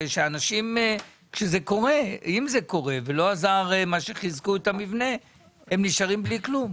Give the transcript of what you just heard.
כדי שאם זה קורה למרות שחיזקו את המבנה אנשים לא יישארו בלי כלום.